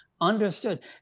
understood